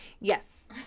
Yes